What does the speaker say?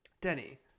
denny